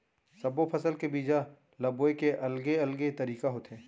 सब्बो फसल के बीजा ल बोए के अलगे अलगे तरीका होथे